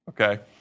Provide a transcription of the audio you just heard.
Okay